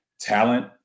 talent